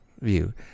view